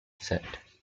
set